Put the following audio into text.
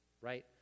right